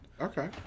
Okay